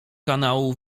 kanału